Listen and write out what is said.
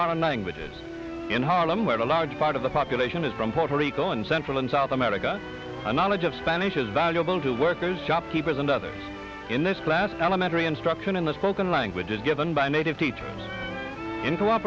languages in harlem where a large part of the population is from puerto rico and central and south america a knowledge of spanish is valuable to workers shopkeepers and others in this class elementary instruction in the spoken language is given by native teachers in